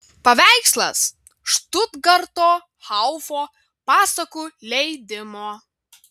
paveikslas štutgarto haufo pasakų leidimo